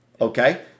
Okay